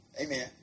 Amen